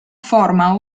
forma